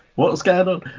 was gaveled